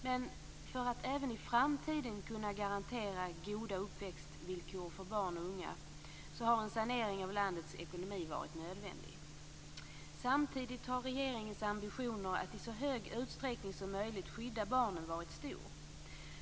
Men för att även i framtiden kunna garantera goda uppväxtvillkor för barn och unga, har en sanering av landets ekonomi varit nödvändig. Samtidigt har regeringens ambitioner att i så hög utsträckning som möjligt skydda barnen varit stor.